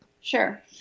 Sure